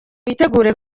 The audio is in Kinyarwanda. bitegure